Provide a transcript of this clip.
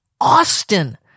Austin